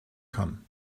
kann